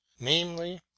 namely